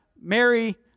Mary